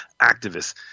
activists